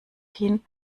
hin